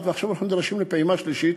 ושנייה ועכשיו אנחנו נדרשים לפעימה שלישית,